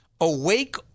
Awake